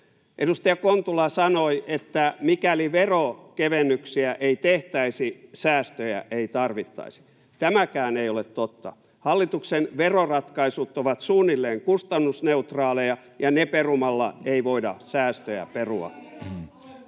Edustaja Kontula sanoi, että mikäli verokevennyksiä ei tehtäisi, säästöjä ei tarvittaisi. Tämäkään ei ole totta. Hallituksen veroratkaisut ovat suunnilleen kustannusneutraaleja, ja ne perumalla ei voida säästöjä perua.